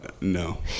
No